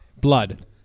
blood